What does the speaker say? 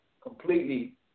completely